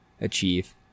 achieve